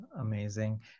Amazing